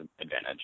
advantage